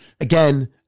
Again